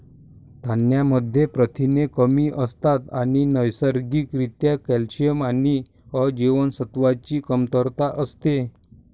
धान्यांमध्ये प्रथिने कमी असतात आणि नैसर्गिक रित्या कॅल्शियम आणि अ जीवनसत्वाची कमतरता असते